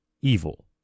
evil